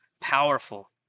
powerful